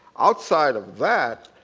outside of that,